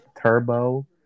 Turbo